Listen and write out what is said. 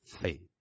faith